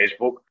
facebook